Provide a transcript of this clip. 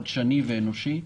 חדשני ואנושי,